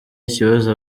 ikibazo